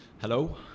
Hello